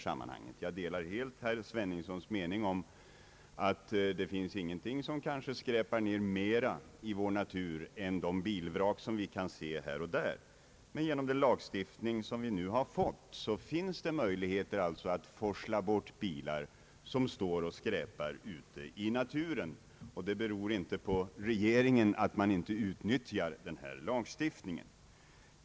Jag delar helt herr Sveningssons mening att det finns ingenting som skräpar ned mer i vår natur än de bilvrak som vi kan se här och där. Men genom den lagstiftning vi nu har fått finns det alltså möjlighet att forsla bort bilar som står och skräpar ute i naturen, och det beror inte på regeringen att denna lagstiftning inte utnyttjas.